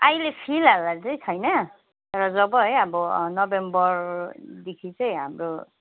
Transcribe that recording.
अहिले फिलहालमा चाहिँ छैन तर जब है अब नोभेम्बरदेखि चाहिँ हाम्रो